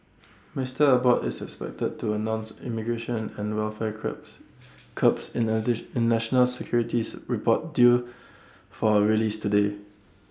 Mister Abbott is expected to announce immigration and welfare crabs curbs in A in national securities report due for release today